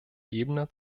ebene